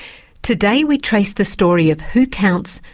today we trace the story of who counts,